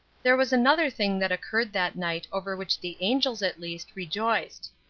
there was another thing that occurred that night over which the angels, at least, rejoiced.